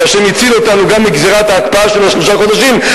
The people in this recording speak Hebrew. שה' הציל אותנו גם מגזירת ההקפאה של שלושת החודשים,